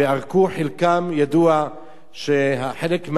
חלקם, ידוע שחלק מהארמנים,